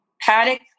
paddock